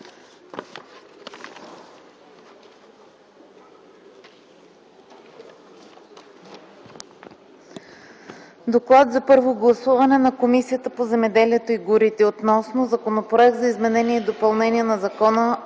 „ДОКЛАД за първо гласуване на Комисията по земеделието и горите относно Законопроект за изменение и допълнение на Закона